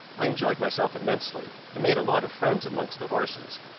i enjoyed myself immensely, and made a lot of friends amongst the horses,